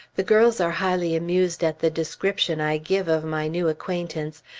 the girls are highly amused at the description i give of my new acquaintance,